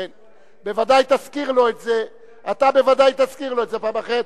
אתה בוודאי תזכיר לו את זה פעם אחרת,